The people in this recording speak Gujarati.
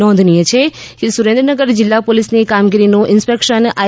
નોંધનીય છે કે સુરેન્દ્રનગર જીલ્લા પોલીસની કામગીરીનું ઇન્સ્પેક્શન આઇ